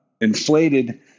inflated